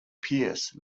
pierce